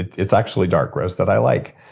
it's actually dark roast that i like.